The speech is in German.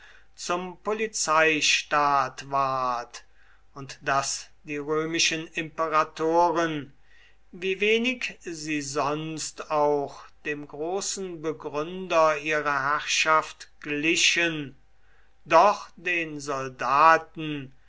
zum polizeistaat ward und daß die römischen imperatoren wie wenig sie sonst auch dem großen begründer ihrer herrschaft glichen doch den soldaten